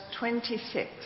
26